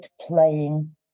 playing